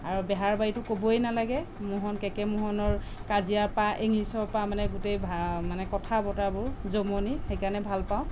আৰু বেহাৰবাৰীটো ক'বই নালাগে মোহন কেকে মোহনৰ কাজিয়া পা ইংলিছৰ পৰা মানে গোটেই মানে কথা বতৰাবোৰ জমনি সেইকাৰণে ভাল পাওঁ